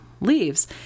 leaves